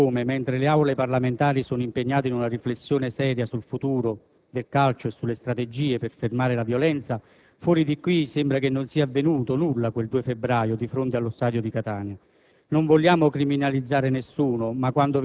Dobbiamo ammettere che desta stupore come, mentre le Aule parlamentari sono impegnate in una riflessione seria sul futuro del calcio e sulle strategie per fermare la violenza, fuori di qui sembra che non sia avvenuto nulla quel 2 febbraio scorso di fronte allo stadio di Catania.